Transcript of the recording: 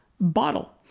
bottle